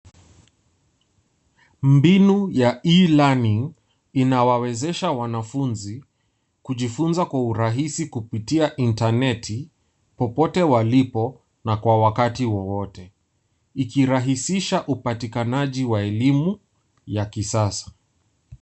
Mbinu ya e-learning inawawezesha wanafunzi kujifunza kwa urahisi kupitia interneti popote walipo na kwa wakati wowote, ikirahisisha upatikanaji wa elimu ya kisasa.